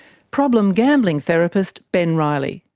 problem gambling therapist ben riley.